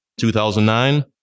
2009